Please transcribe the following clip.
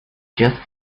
just